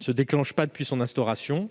et qu'elle ne s'est pas déclenchée pas depuis son instauration.